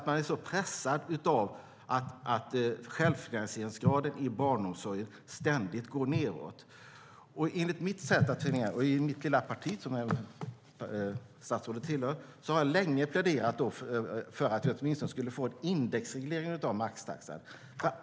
Man är så pressad av att självfinansieringsgraden i barnomsorgen ständigt går nedåt. I mitt lilla parti, som även statsrådet tillhör, har jag länge pläderat för att vi åtminstone skulle få en indexreglering av maxtaxan.